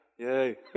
Yay